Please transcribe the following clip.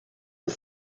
aux